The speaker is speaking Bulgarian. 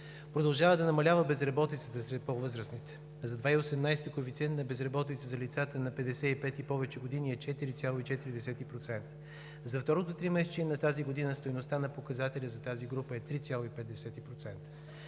Продължава да намалява безработицата сред по-възрастните. За 2018 г. коефициентът на безработица за лицата на 55 и повече години е 4,4%. За второто тримесечие на тази година стойността на показателя за тази група е 3,5%.